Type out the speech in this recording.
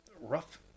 Rough